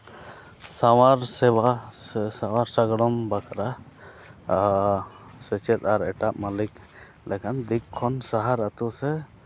ᱥᱟᱶᱟᱨ ᱥᱮᱵᱟ ᱥᱮ ᱥᱟᱶᱟᱨ ᱥᱟᱜᱟᱲᱚᱢ ᱵᱟᱠᱷᱨᱟ ᱥᱮᱪᱮᱫ ᱟᱨ ᱮᱴᱟᱜ ᱢᱟᱹᱞᱤᱠ ᱞᱮᱠᱟᱱ ᱫᱤᱠ ᱠᱷᱚᱱ ᱥᱟᱦᱟᱨ ᱟᱛᱳ ᱥᱮ